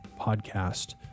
podcast